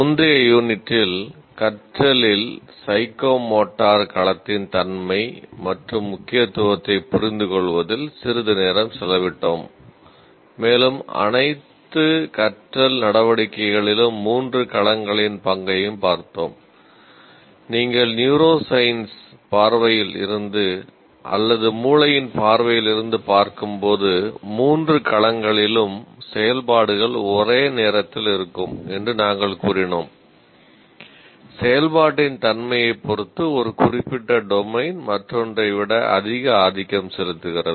முந்தைய யூனிட்டில் செயல்பாடுகள் ஒரே நேரத்தில் இருக்கும் என்று நாங்கள் கூறினோம் செயல்பாட்டின் தன்மையைப் பொறுத்து ஒரு குறிப்பிட்ட டொமைன் மற்றொன்றை விட அதிக ஆதிக்கம் செலுத்துகிறது